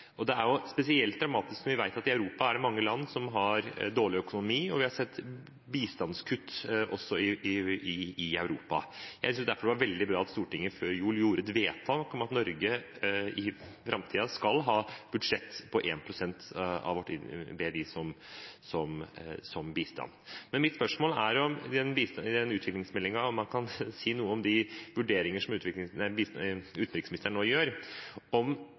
Det er spesielt dramatisk når vi vet at det i Europa er mange land som har dårlig økonomi, og vi har sett bistandskutt også i Europa. Jeg syns derfor det var veldig bra at Stortinget før jul gjorde et vedtak om at Norge i framtiden skal ha bistandsbudsjett på 1 pst. av vår BNI. Mitt spørsmål er om utviklingsmeldingen. Kan utenriksministeren si noe om de vurderingene som han gjør om